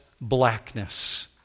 blackness